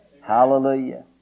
Hallelujah